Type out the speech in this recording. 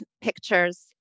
pictures